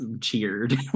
cheered